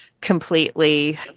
completely